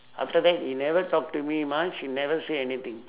after that he never talk to me much he never say anything